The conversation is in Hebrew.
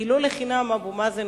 כי לא לחינם אומר היום אבו מאזן: